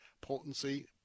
potency